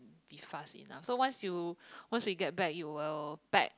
be fast enough so once you once we get back you will pack